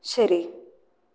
ശരി